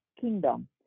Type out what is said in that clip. kingdom